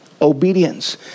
obedience